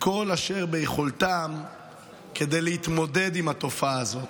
כל אשר ביכולתם כדי להתמודד עם התופעה הזאת,